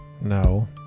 No